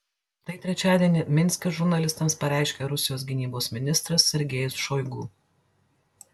tai trečiadienį minske žurnalistams pareiškė rusijos gynybos ministras sergejus šoigu